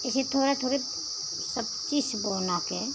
इसी थोड़ा थोड़ा सब चीज बोना के